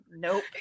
Nope